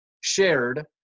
shared